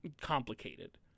complicated